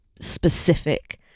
specific